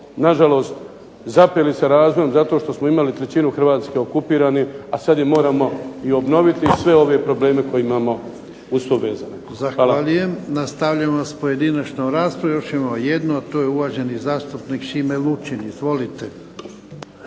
nažalost, zapeli sa razvojem zato što smo imali trećinu Hrvatske okupirane, a sad je moramo i obnoviti i uz sve ove probleme koje imamo uz to vezane.